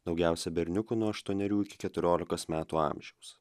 daugiausia berniukų nuo aštuonerių iki keturiolikos metų amžiaus